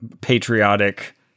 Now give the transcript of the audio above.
patriotic